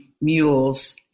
mules